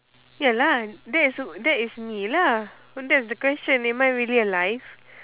ya lah that is that is me lah that's the question am I really alive